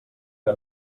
que